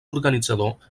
organitzador